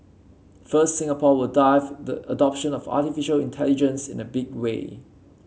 first Singapore will dive the adoption of artificial intelligence in a big way